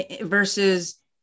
versus